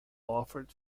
offered